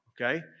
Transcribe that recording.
okay